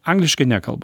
angliškai nekalba